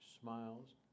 smiles